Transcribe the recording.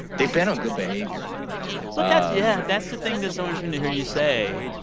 they've been on good behavior but that's yeah. that's the thing that's so interesting to hear you say.